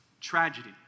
tragedy